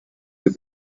the